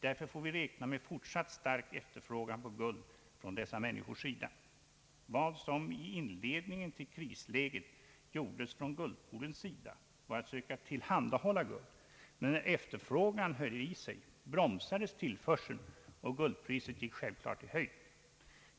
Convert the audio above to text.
Därför får vi räkna med fortsatt stark efterfrågan på guld från dessa människors sida. Vad som i inledningen till krisläget gjordes från guldpoolens sida var att söka tillhandahålla guld, men när efterfrågan höll i sig bromsades tillförseln, och guldpriset gick självklart i höjden.